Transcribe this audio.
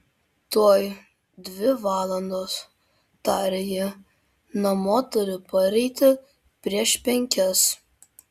tuoj dvi valandos tarė ji namo turiu pareiti prieš penkias